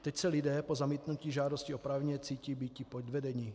Teď se lidé po zamítnutí žádosti oprávněně cítí být podvedeni.